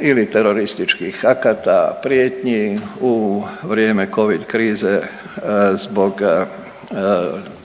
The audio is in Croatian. ili terorističkih akata, prijetnji u vrijeme covid krize zbog